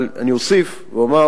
אבל אוסיף ואומר